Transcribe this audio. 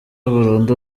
burundu